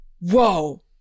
whoa